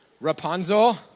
Rapunzel